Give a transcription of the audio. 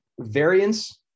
variance